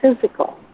physical